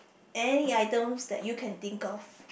any items that you can think of